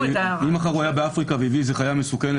אם הוא היה באפריקה והביא איזו חיה מסוכנת,